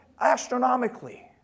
astronomically